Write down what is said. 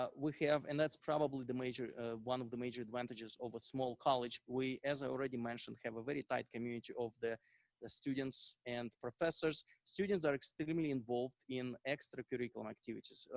ah we have, and that's probably the major one of the major advantages of a small college we as i already mentioned, have a very tight community of the the students and professors. students are extremely involved in extracurricular activities.